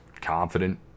confident